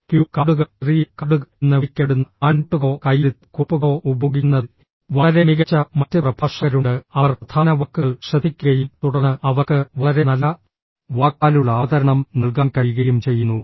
Q കാർഡുകൾ ചെറിയ കാർഡുകൾ എന്ന് വിളിക്കപ്പെടുന്ന ഹാൻഡ്ഔട്ടുകളോ കൈയ്യെഴുത്ത് കുറിപ്പുകളോ ഉപയോഗിക്കുന്നതിൽ വളരെ മികച്ച മറ്റ് പ്രഭാഷകരുണ്ട് അവർ പ്രധാന വാക്കുകൾ ശ്രദ്ധിക്കുകയും തുടർന്ന് അവർക്ക് വളരെ നല്ല വാക്കാലുള്ള അവതരണം നൽകാൻ കഴിയുകയും ചെയ്യുന്നു